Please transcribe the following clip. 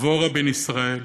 דבורה בן-ישראל,